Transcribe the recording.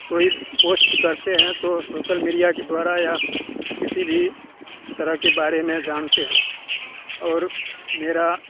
कोई पोस्ट करते हैं तो सोशल मीडिया के द्वारा या किसी भी तरह के बारे में जानते हैं और मेरा